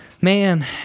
Man